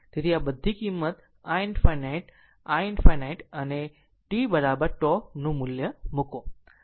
તેથી જો આ બધી કિંમત i ∞ i 4 i ∞ અને t τ મૂલ્ય મૂકો